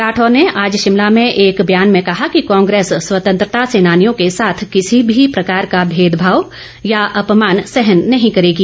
राठौर ने आज शिमला में एक ब्यान में कहा कि कांग्रेस स्वतंत्रता सेनानियों के साथ किसी भी प्रकार का भेदभाव या अपमान सहन नहीं करेगी